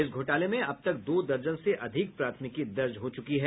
इस घोटाले में अब तक दो दर्जन से अधिक प्राथमिकी दर्ज हो चुकी है